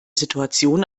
situation